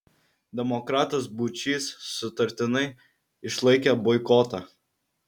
demokratas būčys sutartinai išlaikė boikotą